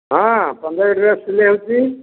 ହଁ ପଞ୍ଜାବୀ ଡ୍ରେସ୍ ସିଲେଇ ହେଉଛି